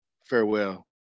farewell